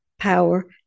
power